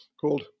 called